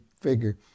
figure